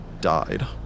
died